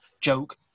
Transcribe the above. joke